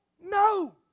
No